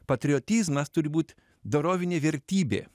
patriotizmas turi būt dorovinė vertybė